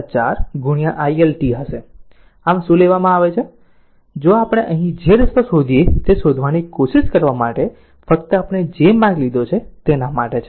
આમ આ શું લેવામાં આવ્યું છે જો આપણે અહીં જે રસ્તો શોધીએ છીએ તે શોધવાની કોશિશ કરવા માટે ફક્ત આપણે જે માર્ગ લીધો છે તેના માટે છે